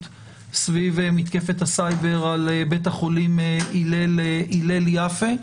סביב מתקפת הסייבר על בית החולים הלל יפה,